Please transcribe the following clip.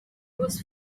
was